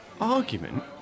Argument